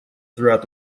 throughout